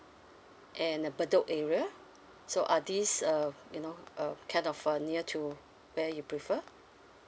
and uh bedok area so are these uh you know uh kind of a near to where are you prefer